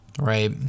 Right